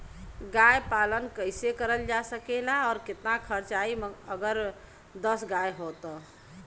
गाय पालन कइसे करल जा सकेला और कितना खर्च आई अगर दस गाय हो त?